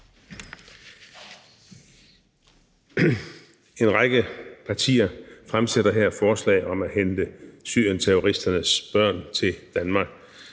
En række partier fremsætter her et forslag om at hente syriensterroristernes børn til Danmark.